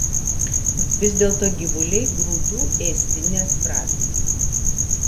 vis dėlto gyvuliai grūdų ėsti neatprato